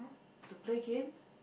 to play game